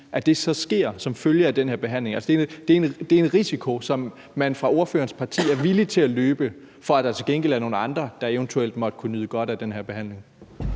at det sker som følge af den her behandling? Altså, det er en risiko, som man fra ordførerens partis side er villig til at løbe, for at der til gengæld er nogle andre, der eventuelt måtte kunne nyde godt af den her behandling.